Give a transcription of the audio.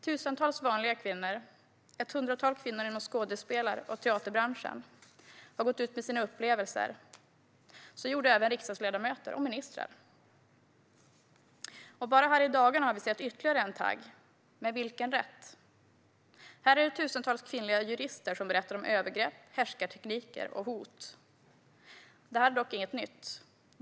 Tusentals vanliga kvinnor och ett hundratal kvinnor inom skådespelar och teaterbranschen har gått ut med sina upplevelser. Så gjorde även riksdagsledamöter och ministrar. Bara här i dagarna har vi sett ytterligare en hashtag: #medvilkenrätt. Här är det tusentals kvinnliga jurister som berättar om övergrepp, härskartekniker och hot. Detta är dock inget nytt.